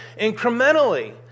incrementally